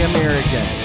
American